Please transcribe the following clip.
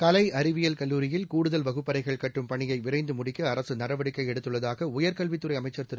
கலை அறிவியல் கல்லூரியில் கூடுதல் வகுப்பறைகள் கட்டும் பணியை விரைந்து முடிக்க அரசு நடவடிக்கை எடுத்துள்ளதாக உயர்கல்வித்துறை அமைச்சா் திரு